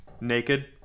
naked